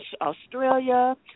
Australia